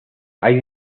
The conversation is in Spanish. hay